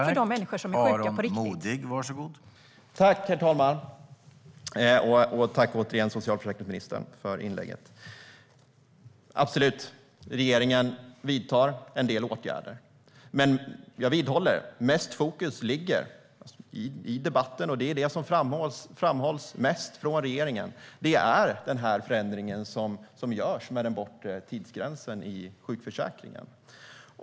Herr talman! Jag tackar återigen socialförsäkringsministern för inlägget. Det stämmer att regeringen vidtar en del åtgärder. Men jag vidhåller att mest fokus i debatten ligger på den förändring som görs med den bortre tidsgränsen i sjukförsäkringen, och det är det som framhålls mest från regeringen.